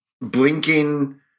blinking